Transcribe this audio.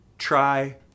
Try